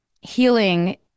healing